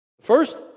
First